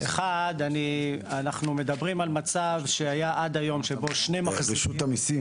אנחנו מדברים על מצב שהיה עד היום שבו --- מר אלישע,